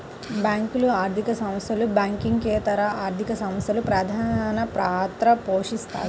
బ్యేంకులు, ఆర్థిక సంస్థలు, బ్యాంకింగేతర ఆర్థిక సంస్థలు ప్రధానపాత్ర పోషిత్తాయి